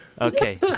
Okay